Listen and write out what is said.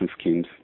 schemes